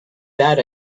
that